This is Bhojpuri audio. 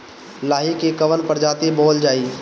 लाही की कवन प्रजाति बोअल जाई?